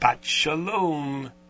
Shalom